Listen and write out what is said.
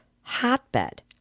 hotbed